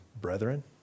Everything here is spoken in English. brethren